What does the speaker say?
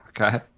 Okay